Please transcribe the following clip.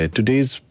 Today's